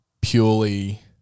purely